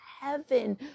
heaven